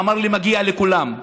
והוא אמר שמגיע לכולם,